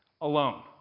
alone